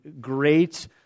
great